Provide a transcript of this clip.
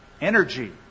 energy